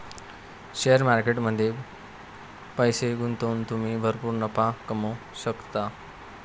share market मध्ये पैसे गुंतवून तुम्ही भरपूर नफा कमवू शकता